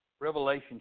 Revelation